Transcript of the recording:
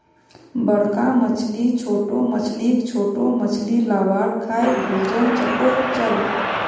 बड़का मछली छोटो मछलीक, छोटो मछली लार्वाक खाएं भोजन चक्रोक चलः